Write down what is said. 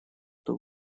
кто